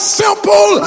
simple